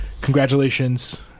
Congratulations